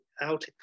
out